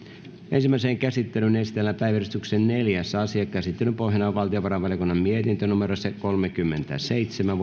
ensimmäiseen käsittelyyn esitellään päiväjärjestyksen neljäs asia käsittelyn pohjana on valtiovarainvaliokunnan mietintö kolmekymmentäseitsemän